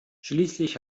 schließlich